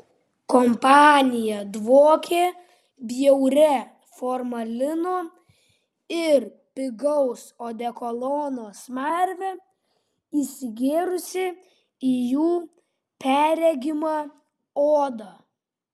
kompanija dvokė bjauria formalino ir pigaus odekolono smarve įsigėrusią į jų perregimą odą